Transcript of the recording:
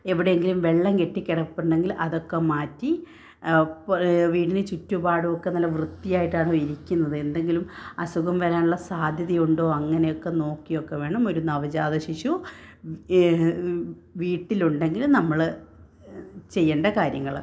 എവിടെയെങ്കിലും വെള്ളം കെട്ടി കിടപ്പുണ്ടെങ്കിൽ അതൊക്കെ മാറ്റി വീട്ടിന് ചുറ്റുപാടുമൊക്കെ നല്ല വൃത്തിയായിട്ടാണോ ഇരിക്കുന്നത് എന്തെങ്കിലും അസുഖം വരാനുള്ള സാധ്യത ഉണ്ടോ അങ്ങനെയൊക്കെ നോക്കിയൊക്കെ വേണം ഒരു നവജാത ശിശു വീട്ടിലുണ്ടെങ്കിൽ നമ്മൾ ചെയ്യേണ്ട കാര്യങ്ങൾ